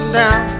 down